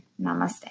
Namaste